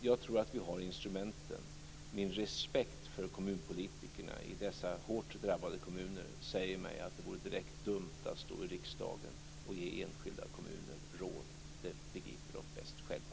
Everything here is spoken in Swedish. Jag tror att vi har instrumenten. Min respekt för kommunpolitikerna i dessa hårt drabbade kommuner säger mig att det vore direkt dumt att stå i riksdagen och ge enskilda kommuner råd. De begriper bäst själva.